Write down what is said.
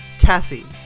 Cassie